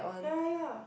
ya ya ya